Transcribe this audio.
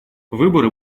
выборы